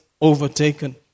overtaken